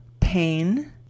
pain